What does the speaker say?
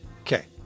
Okay